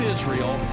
Israel